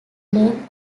name